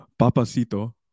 Papacito